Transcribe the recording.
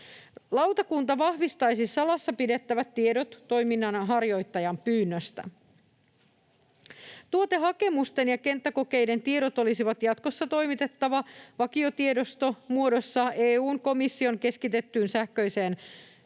Lautakunta vahvistaisi salassa pidettävät tiedot toiminnanharjoittajan pyynnöstä. Tuotehakemusten ja kenttäkokeiden tiedot olisi jatkossa toimitettava vakiotiedostomuodossa EU:n komission keskitettyyn sähköiseen